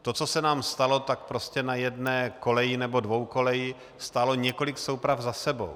To, co se nám stalo, na jedné koleji nebo dvoukoleji stálo několik souprav za sebou.